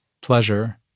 pleasure—